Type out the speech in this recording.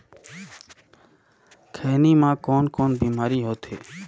खैनी म कौन कौन बीमारी होथे?